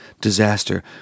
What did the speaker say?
Disaster